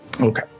Okay